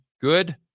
good